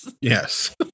Yes